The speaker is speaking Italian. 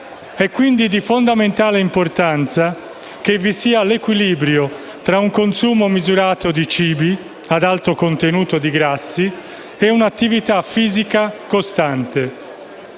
È, quindi, di fondamentale importanza che vi sia equilibrio tra un consumo misurato di cibi ad alto contenuto di grassi ed un'attività fisica costante.